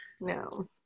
no